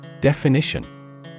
definition